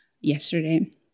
yesterday